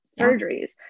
surgeries